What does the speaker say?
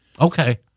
Okay